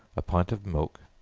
a pint of milk,